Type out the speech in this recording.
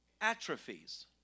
atrophies